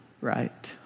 Right